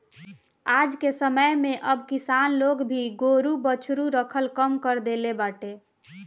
आजके समय में अब किसान लोग भी गोरु बछरू रखल कम कर देले बाटे